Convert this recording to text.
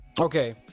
Okay